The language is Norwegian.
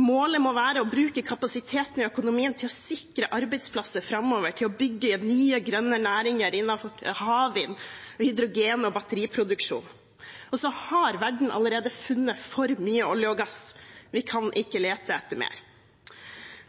Målet må være å bruke kapasiteten i økonomien til å sikre arbeidsplasser framover, til å bygge nye, grønne næringer innenfor havvind, hydrogen og batteriproduksjon. Verden har allerede funnet for mye olje og gass. Vi kan ikke lete etter mer.